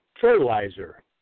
fertilizer